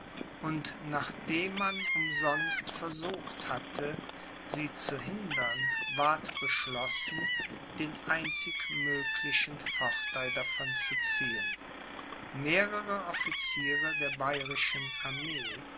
und nachdem man umsonst versucht hatte sie zu hindern ward beschlossen den einzig möglichen vortheil davon zu ziehen mehrere officiere der bayerischen armee